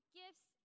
gifts